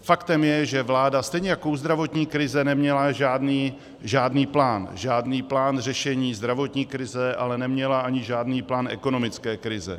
Faktem je, že vláda, stejně jako u zdravotní krize neměla žádný plán žádný plán řešení zdravotní krize ale neměla ani žádný plán ekonomické krize.